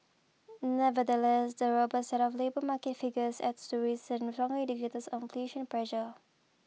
nevertheless the robust set of labour market figures adds to recent stronger indicators of inflation pressure